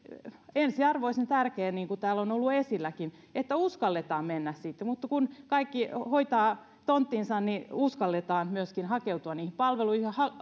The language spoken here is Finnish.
ensiarvoisen tärkeää niin kuin täällä on ollut esilläkin että uskalletaan mennä sitten kun kaikki hoitavat tonttinsa niin uskalletaan myöskin hakeutua niihin palveluihin ja